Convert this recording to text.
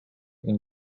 این